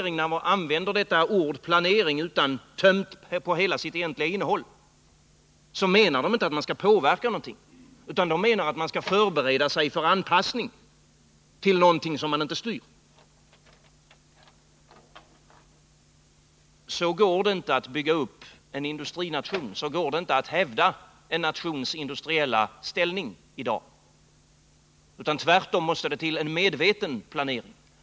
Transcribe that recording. När de använder ordet planering, tömt på hela sitt egentliga innehåll, menar de inte att man skall påverka någonting. De menar att man skall förbereda sig för anpassning till något man inte styr. Så går det inte att bygga upp en industrination och inte heller att hävda en nations industriella ställning i dag. Det måste tvärtom till en medveten planering.